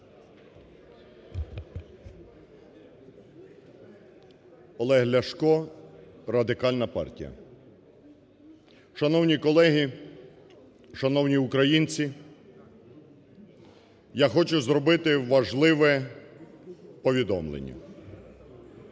Олег Ляшко, Радикальна партія. Шановні колеги! Шановні українці! Я хочу зробити важливе повідомлення.